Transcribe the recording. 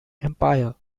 empire